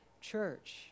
church